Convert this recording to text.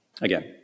Again